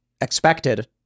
expected